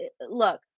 look